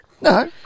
No